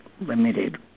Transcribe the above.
limited